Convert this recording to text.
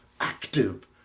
active